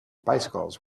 bicycles